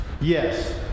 Yes